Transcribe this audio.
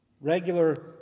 regular